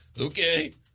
Okay